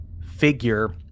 figure